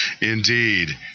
Indeed